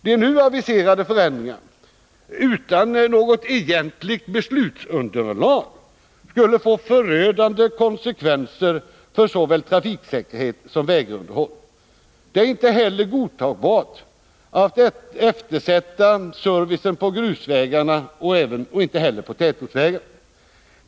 De nu aviserade förändringarna, utan något egentligt beslutsunderlag, skulle få förödande konsekvenser för såväl trafiksäkerhet som vägunderhåll. Det är inte heller godtagbart att eftersätta servicen på grusvägarna och tätortsvägarna.